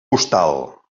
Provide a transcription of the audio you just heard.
hostal